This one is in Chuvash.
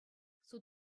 суд